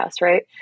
right